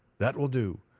that will do.